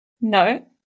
No